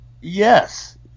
Yes